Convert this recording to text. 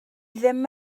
ddim